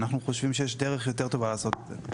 אנחנו חושבים שיש דרך יותר טובה לעשות את זה.